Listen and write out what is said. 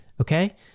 okay